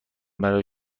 برای